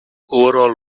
overall